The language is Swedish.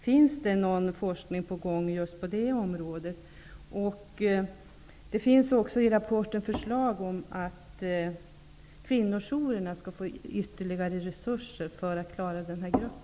Förekommer det någon forskning just på detta område? I rapporten finns förslag om att kvinnojourerna skall få ytterligare resurser för att kunna klara denna grupp.